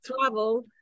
travel